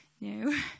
No